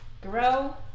Grow